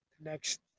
next